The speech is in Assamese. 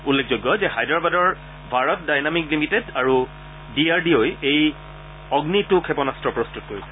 উল্লেখযোগ্য যে হায়দৰাবাদৰ ভাৰত ডাইনামিক লিমিডেট আৰু ডি আৰ ডি অ'ই এই অগ্নি টু ক্ষেপণাস্ত্ৰ প্ৰস্তত কৰিছে